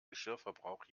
geschirrverbrauch